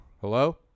Hello